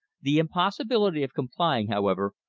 the impossibility of complying, however,